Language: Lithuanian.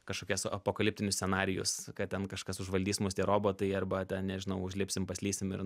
kažkokias apokaliptinius scenarijus kad ten kažkas užvaldys mus tie robotai arba ten nežinau užlipsim paslysim ir